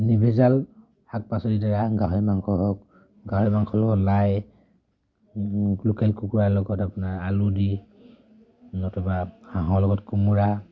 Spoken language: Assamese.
নিৰ্ভেজাল শাক পাচলিৰ দ্বাৰা গাহৰি মাংস হওক গাহৰি মাংস লগত লাই লোকেল কুকুৰাৰ লগত আপোনাৰ আলু দি নতুবা হাঁহৰ লগত কোমোৰা